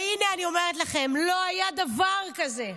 והינה אני אומרת לכם, לא היה דבר כזה.